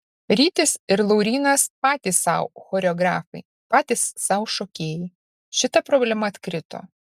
rytis ir laurynas patys sau choreografai patys sau šokėjai šita problema atkrito